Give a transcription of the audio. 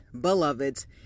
beloveds